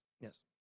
Yes